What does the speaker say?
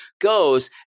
goes